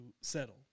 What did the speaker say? settle